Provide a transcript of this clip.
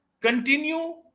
continue